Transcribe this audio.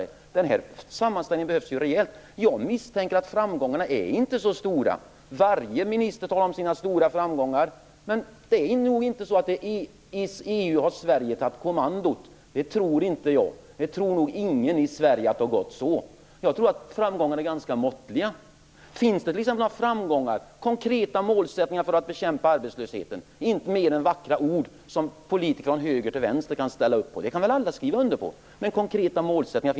Det behövs verkligen en sådan här sammanställning. Jag misstänker att framgångarna inte är så stora. Varje minister talar om sina stora framgångar, men jag tror inte att det är så att Sverige har tagit kommandot i EU. Det är nog ingen i Sverige som tror att det har blivit så. Jag tror att framgångarna är ganska måttliga. Finns det t.ex. några framgångar när det gäller konkreta målsättningar för att bekämpa arbetslösheten, mer än vackra ord som politiker från höger till vänster kan ställa sig bakom? Finns det några sådana konkreta målsättningar?